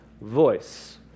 voice